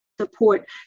support